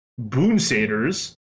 Boonsaders